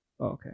Okay